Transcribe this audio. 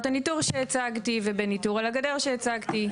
הניטור שהצגתי ובניטור על הגדר שהצגתי.